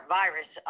virus